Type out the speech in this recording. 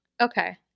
Okay